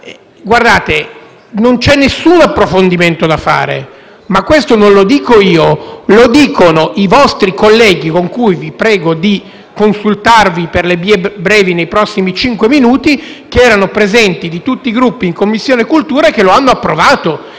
bocciato. Non c'è alcun approfondimento da fare, ma questo non lo dico io, lo dicono i vostri colleghi, di tutti i Gruppi (con cui vi prego di consultarvi per le vie brevi nei prossimi cinque minuti) che erano presenti in Commissione cultura e che lo hanno approvato.